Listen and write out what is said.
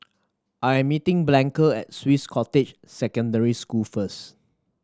I am meeting Blanca at Swiss Cottage Secondary School first